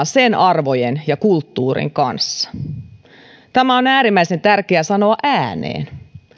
sen maan arvojen ja kulttuurin kanssa mihin muuttaa tämä on äärimmäisen tärkeä sanoa ääneen